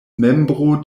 membro